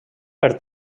per